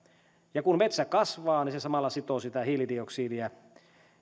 kun metsä kasvaa niin se samalla sitoo sitä hiilidioksidia